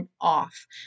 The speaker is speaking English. off